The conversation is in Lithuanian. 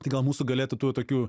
tai gal mūsų galėtų tų tokių